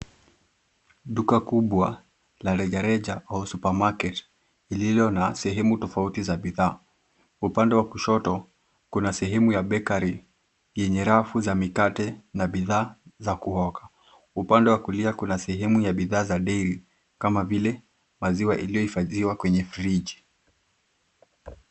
Duka kubwa la rejareja au supermarket lililo na sehemu tofauti za bidhaa. Upande wa kushoto, kuna sehemu ya bakery yenye rafu za mikate na bidhaa za kuoka. Upande wa kulia kuna sehemu ya bidhaa za dairy kama vile maziwa iliyohifadhiwa kwenye friji.